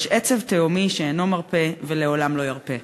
יש עצב תהומי שאינו מרפה ולעולם לא ירפה.